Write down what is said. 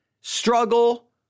struggle